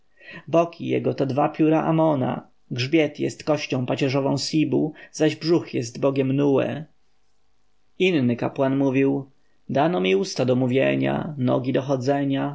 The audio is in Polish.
boki jego to dwa pióra amona grzbiet jest kością pacierzową sibu zaś brzuch jest bogiem nue inny kapłan mówi dano mi usta do mówienia nogi do chodzenia